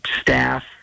staff